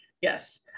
yes